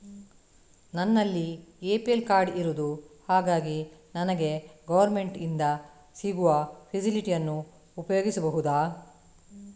ನನ್ನಲ್ಲಿ APL card ಇರುದು ಹಾಗಾಗಿ ನನಗೆ ಗವರ್ನಮೆಂಟ್ ಇಂದ ಸಿಗುವ ಫೆಸಿಲಿಟಿ ಅನ್ನು ಉಪಯೋಗಿಸಬಹುದಾ?